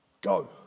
Go